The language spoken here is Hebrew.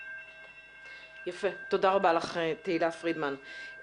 תודה רבה לך, תהלה פרידמן.